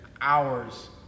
hours